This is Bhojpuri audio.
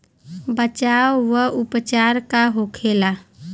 बचाव व उपचार का होखेला?